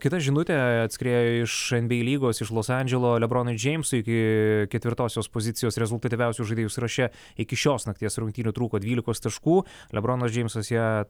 kita žinutė atskriejo iš nba lygos iš los andželo le bronui džeimsui iki ketvirtosios pozicijos rezultatyviausių žaidėjų sąraše iki šios nakties rungtynių trūko dvylikos taškų lebronas džeimsas ją